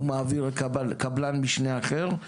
הוא מעביר לקבלן משנה אחר,